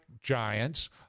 giants